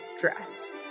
dress